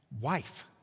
wife